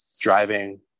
driving